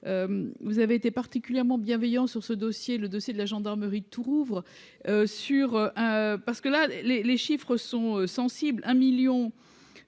vous avez été particulièrement bienveillant sur ce dossier, le dossier de la gendarmerie Tourouvre sur hein, parce que là les, les chiffres sont sensibles : 1